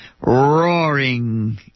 Roaring